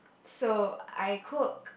so I cook